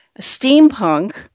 steampunk